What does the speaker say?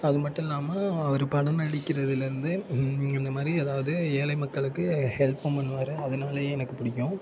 அது மட்டும் இல்லாமல் அவர் படம் நடிக்கிறதில் இருந்து இந்தமாதிரி அதாவது ஏழை மக்களுக்கு ஹெல்ப்பும் பண்ணுவார் அதனாலையே எனக்கு பிடிக்கும்